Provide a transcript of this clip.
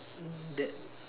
that